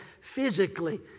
physically